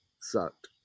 sucked